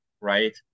right